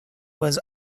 was